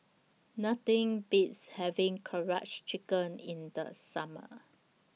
Nothing Beats having Karaage Chicken in The Summer